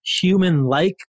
human-like